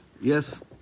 Yes